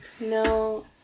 No